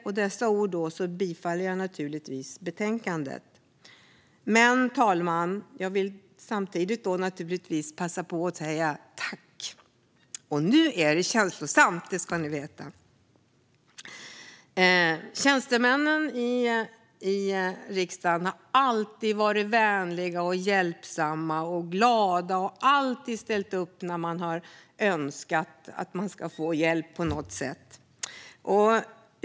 Jag yrkar bifall till utskottets förslag. Fru talman! Nu blir det lite känslosamt. Jag vill säga tack till riksdagens tjänstemän, som alltid har varit vänliga, hjälpsamma och glada och alltid ställt upp när jag har behövt hjälp.